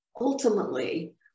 ultimately